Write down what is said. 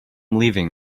leaving